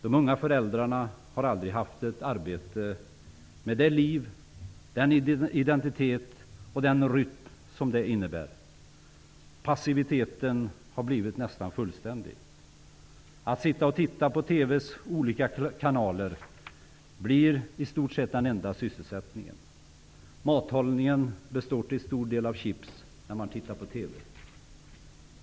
De unga föräldrarna har aldrig haft ett arbete med det liv, den identitet och den rytm som det innebär. Passiviteten har blivit nästan fullständig. Att sitta och titta på TV:s olika kanaler blir i stort sett den enda sysselsättningen. Mathållningen består till stor del av chips, när man tittar på TV.